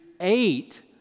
eight